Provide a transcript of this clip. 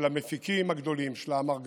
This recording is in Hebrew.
של המפיקים הגדולים, של האמרגנים,